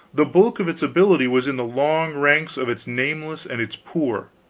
the bulk of its ability was in the long ranks of its nameless and its poor,